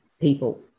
people